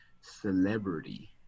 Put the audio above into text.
Celebrity